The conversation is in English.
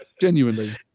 genuinely